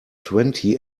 twenty